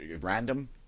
random